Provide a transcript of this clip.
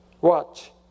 Watch